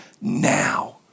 now